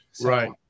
Right